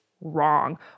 wrong